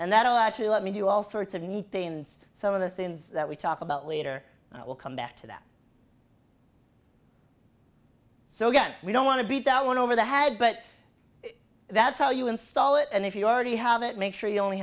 and that will actually let me do all sorts of neat things some of the things that we talk about later will come back to that so again we don't want to be that went over the had but that's how you install it and if you already have it make sure you only